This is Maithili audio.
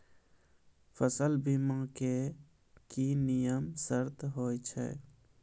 फसल बीमा के की नियम सर्त होय छै?